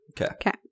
Okay